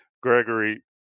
gregory